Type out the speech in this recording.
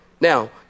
Now